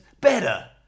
better